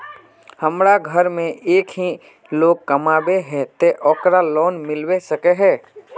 हमरा घर में एक ही लोग कमाबै है ते ओकरा लोन मिलबे सके है?